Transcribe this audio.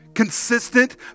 Consistent